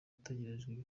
utegerejweho